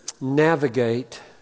navigate